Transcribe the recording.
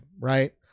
right